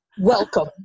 Welcome